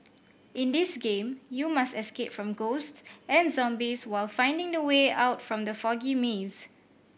in this game you must escape from ghost and zombies while finding the way out from the foggy maze